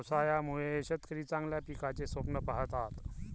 पावसाळ्यामुळे शेतकरी चांगल्या पिकाचे स्वप्न पाहतात